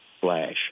flash